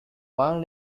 one